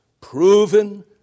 proven